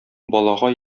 балага